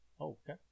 Okay